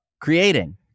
creating